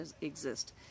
exist